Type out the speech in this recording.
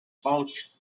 pouch